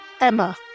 Emma